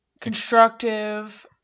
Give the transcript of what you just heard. constructive